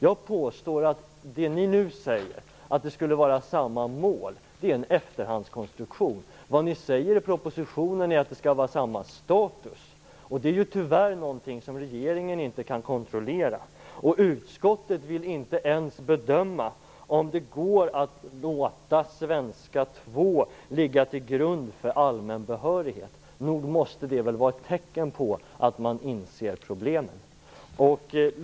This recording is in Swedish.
Jag påstår att det ni nu säger, att ämnena skulle ha samma mål, är en efterhandskonstruktion. Vad ni säger i propositionen är att ämnena skall ha samma status, och det är ju tyvärr något som regeringen inte kan kontrollera. Utskottet vill inte ens bedöma om det går att låta ämnet svenska 2 ligga till grund för allmän behörighet. Nog måste väl det vara ett tecken på att man inser problemen?